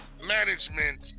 Management